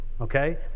okay